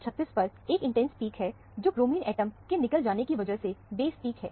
136 पर एक intense peak है जो ब्रोमीन एटम के निकल जाने की वजह से बेस पीक है